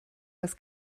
das